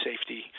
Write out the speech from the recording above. safety